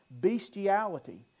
bestiality